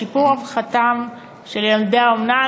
לשיפור רווחתם של ילדי האומנה.